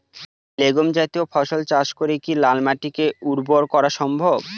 Legume জাতীয় ফসল চাষ করে কি লাল মাটিকে উর্বর করা সম্ভব?